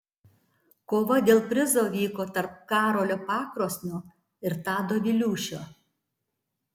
kova dėl prizo vyko tarp karolio pakrosnio ir tado viliūšio